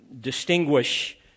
distinguish